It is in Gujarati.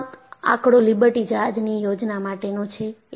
આ આંકડો લિબર્ટી જહાજની યોજના માટેનો છે